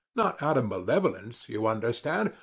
not out of malevolence, you understand,